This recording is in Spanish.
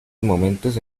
momentos